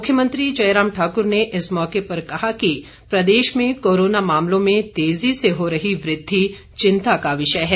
मुख्यमंत्री जयराम ठाक्र ने इस मौके पर कहा कि प्रदेश में कोरोना मामलों में तेजी से हो रही वृद्धि चिंता का विषय है